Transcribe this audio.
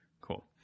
Cool